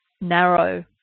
narrow